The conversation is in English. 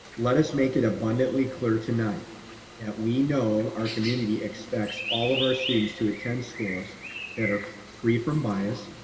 let us make it abundantly clear tonight that we know our community expects all of our students to attend schools that are free from bias,